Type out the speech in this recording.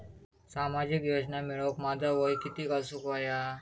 सामाजिक योजना मिळवूक माझा वय किती असूक व्हया?